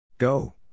Go